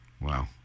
wow